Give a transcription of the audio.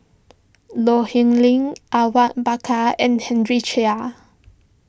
Low Ling Awang Bakar and Henry Chia